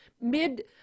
mid